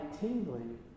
tingling